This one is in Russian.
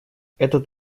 этот